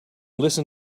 listen